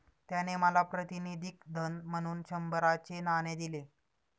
त्याने मला प्रातिनिधिक धन म्हणून शंभराचे नाणे दिले